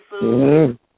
food